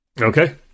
Okay